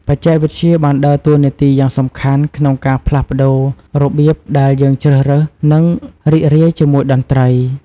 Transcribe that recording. បច្ចេកវិទ្យាបានដើរតួនាទីយ៉ាងសំខាន់ក្នុងការផ្លាស់ប្តូររបៀបដែលយើងជ្រើសរើស និងរីករាយជាមួយតន្ត្រី។